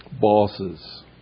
bosses